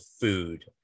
food